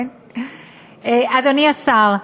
אדוני השר,